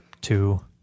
two